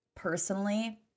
Personally